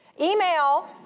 Email